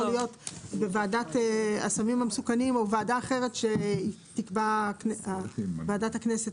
להיות בוועדת הסמים המסוכנים או בכל ועדה אחרת שתקבע ועדת הכנסת?